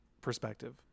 perspective